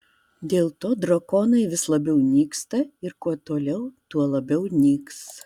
dėl to drakonai vis labiau nyksta ir kuo toliau tuo labiau nyks